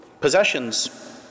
Possessions